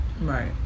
Right